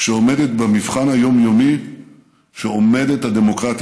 שעומדת במבחן היומיומי שעומדת הדמוקרטיה